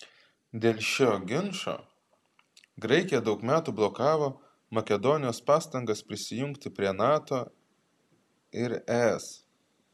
dėl šio ginčo graikija daug metų blokavo makedonijos pastangas prisijungti prie nato ir es